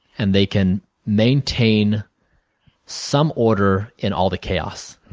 and they can maintain some order in all the chaos,